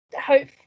hope